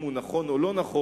אם הוא נכון או לא נכון,